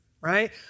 right